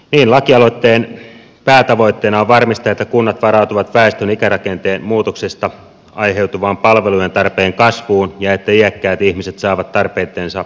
lakialoitteen päätavoitteena on varmistaa että kunnat varautuvat väestön ikärakenteen muutoksesta aiheutuvaan palvelujen tarpeen kasvuun ja että iäkkäät ihmiset saavat tarpeittensa mukaista hoitoa